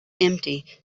empty